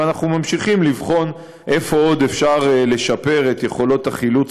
ואנחנו ממשיכים לבחון איפה עוד אפשר לשפר את יכולות החילוץ